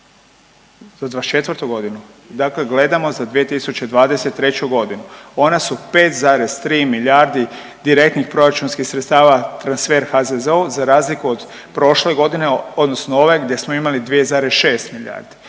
Za 2024. godinu, dakle gledamo za 2023. godinu. Ona su 5,3 milijardi direktnih proračunskih sredstava transfer HZZO-u za razliku od prošle godine odnosno ove gdje smo imali 2,6 milijardi.